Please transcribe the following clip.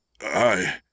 I